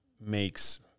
makes